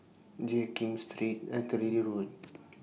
Jiak Kim Street Artillery Road